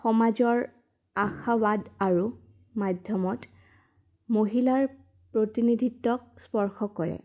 সমাজৰ আশাবাদ আৰু মাধ্যমত মহিলাৰ প্ৰতিনিধিত্বক স্পৰ্শ কৰে